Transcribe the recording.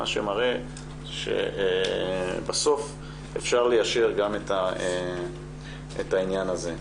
מה שמראה שבסוף אפשר ליישר גם את העניין הזה.